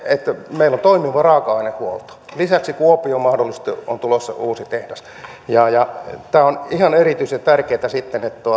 että meillä on toimiva raaka ainehuolto lisäksi kuopioon mahdollisesti on tulossa uusi tehdas tämä on ihan erityisen tärkeätä sitten